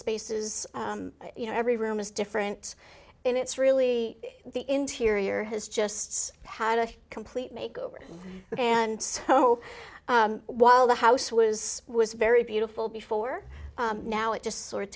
spaces you know every room is different and it's really the interior has just so had a complete make over and so while the house was was very beautiful before now it just sort of